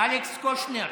אלכס קושניר,